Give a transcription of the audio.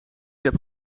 heb